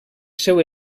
seu